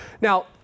Now